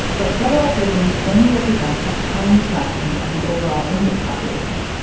but federal prisons only represent a tiny fraction of the overall inmate population.